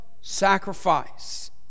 sacrifice